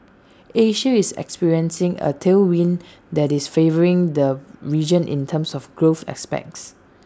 Asia is experiencing A tailwind that is favouring the region in terms of growth aspects